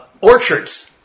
orchards